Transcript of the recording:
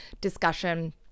discussion